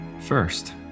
First